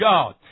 God